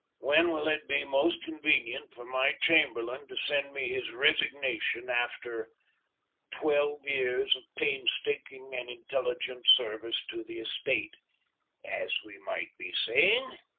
when will it be most convenient for my chamberlain to send me his resignation after twelve years of painstaking and intelligent service to the estate as we might be saying,